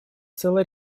целый